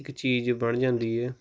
ਇੱਕ ਚੀਜ਼ ਬਣ ਜਾਂਦੀ ਹੈ